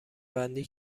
بندی